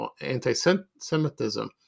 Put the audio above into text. anti-Semitism